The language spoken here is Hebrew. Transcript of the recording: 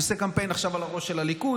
הוא עושה קמפיין עכשיו על הראש של הליכוד,